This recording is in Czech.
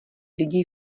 lidi